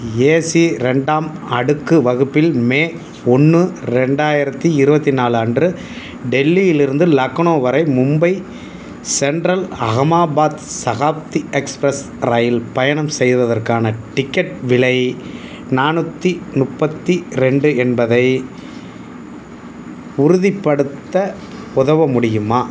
AC ரெண்டாம் அடுக்கு வகுப்பில் மே ஒன்று ரெண்டாயிரத்தி இருபத்தி நாலு அன்று டெல்லியிலிருந்து லக்னோ வரை மும்பை சென்ட்ரல் அகமாபாத் சகாப்தி எக்ஸ்பிரஸ் ரயில் பயணம் செய்வதற்கான டிக்கெட் விலை நானூற்றி முப்பத்தி ரெண்டு என்பதை உறுதிப்படுத்த உதவ முடியுமா